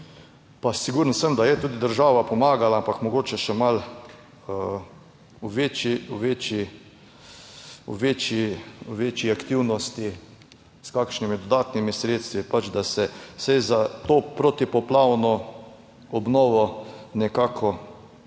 pa siguren sem, da je tudi država pomagala, ampak mogoče še malo v večji, večji, večji, večji aktivnosti s kakšnimi dodatnimi sredstvi, da se vsaj za to protipoplavno obnovo nekako